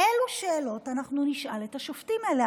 אילו שאלות אנחנו נשאל את השופטים האלה,